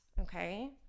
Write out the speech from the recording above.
okay